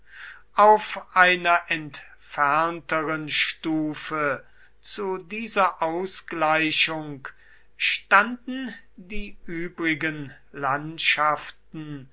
auf einer entfernteren stufe zu dieser ausgleichung standen die übrigen landschaften